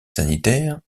sanitaires